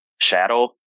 shadow